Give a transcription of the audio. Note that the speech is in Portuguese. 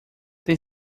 tem